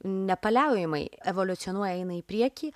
nepaliaujamai evoliucionuoja eina į priekį